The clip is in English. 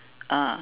ah